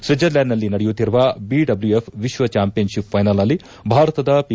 ಸ್ವಿಟ್ಜರ್ಲ್ಯಾಂಡ್ನಲ್ಲಿ ನಡೆಯುತ್ತಿರುವ ಬಿಡಬ್ಲ್ಲೂಎಫ್ ವಿಶ್ವ championship ಫ್ವೆನಲ್ನಲ್ಲಿ ಭಾರತದ ಪಿ